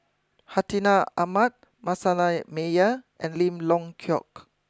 Hartinah Ahmad Manasseh Meyer and Lim Leong Geok